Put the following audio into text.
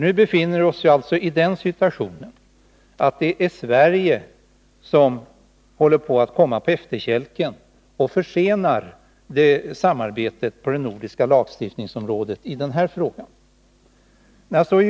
Nu befinner vi oss alltså i den situationen att det är Sverige som håller på att komma på efterkälken och försena samarbetet på det nordiska lagstiftningsområdet när det gäller den här frågan.